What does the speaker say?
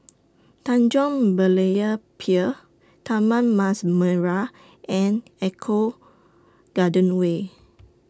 Tanjong Berlayer Pier Taman Mas Merah and Eco Garden Way